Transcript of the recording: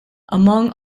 among